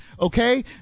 okay